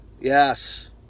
Yes